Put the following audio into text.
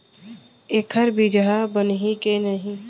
एखर बीजहा बनही के नहीं?